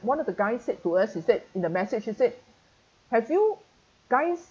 one of the guys said to us he said in the message he said have you guys